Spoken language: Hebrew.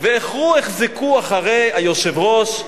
והחרו-החזיקו אחרי היושב-ראש,